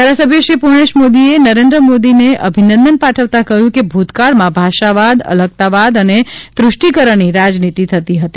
ધારાસભ્યશ્રી પૂર્ણેશભાઇ મોદીએ નરેન્દ્રભાઇ મોદીને અભિનંદન પાઠવતા કહ્યું કે ભૂતકાળમાં ભાષાવાદ અલગતાવાદ અને તૃષ્ટીકરજ્ઞની રાજનીતિ થતી હતી